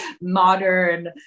modern